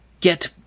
get